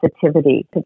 sensitivity